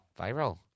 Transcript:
Viral